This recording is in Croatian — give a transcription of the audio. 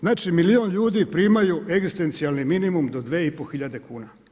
Znači milijun ljudi primaju egzistencijalni minimum do dvije i pol hiljade kuna.